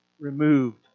removed